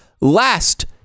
last